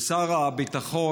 ושר הביטחון,